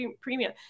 premium